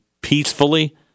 peacefully